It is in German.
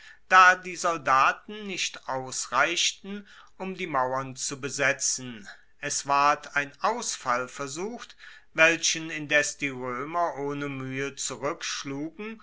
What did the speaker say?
da die soldaten nicht ausreichten um die mauern zu besetzen es ward ein ausfall versucht welchen indes die roemer ohne muehe